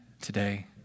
today